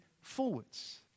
forwards